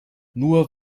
nur